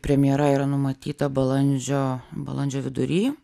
premjera yra numatyta balandžio balandžio vidury